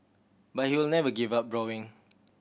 but he will never give up drawing